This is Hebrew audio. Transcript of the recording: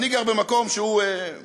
אני גר במקום שהוא מוסדר,